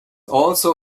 also